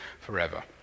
forever